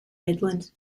midland